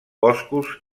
boscos